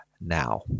now